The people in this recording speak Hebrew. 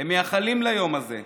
הם מייחלים ליום הזה.